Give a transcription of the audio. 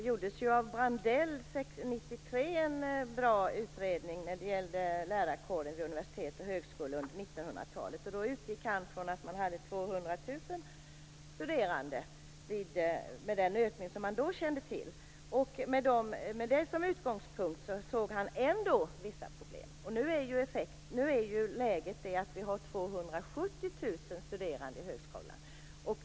Fru talman! År 1993 gjorde Brandell en bra utredning om lärarkåren vid universitet och högskolor under 1900-talet. Då utgick han ifrån att det skulle finnas 200 000 studerande med den ökning som man då kände till. Med det som utgångspunkt såg han ändå vissa problem. Nu är läget det att vi har 270 000 studerande i högskolan.